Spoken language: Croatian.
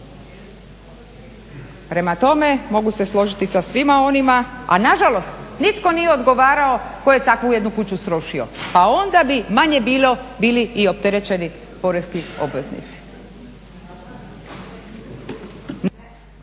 Prema tome, mogu se složiti sa svima onima, a nažalost nitko nije odgovarao tko je takvu jednu kuću srušio pa onda bi manje bili manje opterećeni poreski obveznici.